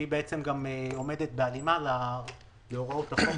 שהיא בעצם עומדת בהלימה להוראות החוק